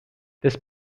this